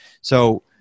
So-